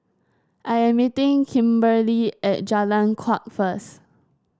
I am meeting Kimberlie at Jalan Kuak first